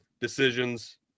decisions